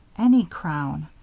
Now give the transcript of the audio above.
any crown.